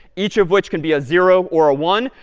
each of which can be a zero or a one,